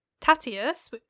Tatius